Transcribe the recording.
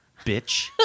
bitch